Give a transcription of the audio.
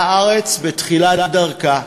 והארץ בתחילת דרכה,